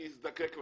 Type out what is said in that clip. שיזדקק לנו.